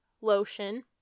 lotion